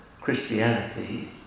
Christianity